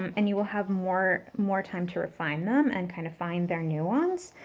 and you will have more more time to refine them and kind of find their nuance,